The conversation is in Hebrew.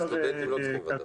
וסטודנטים לא צריכים ודאות...